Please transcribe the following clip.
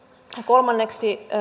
kolmanneksi